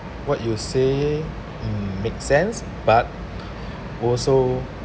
what you say mm make sense but also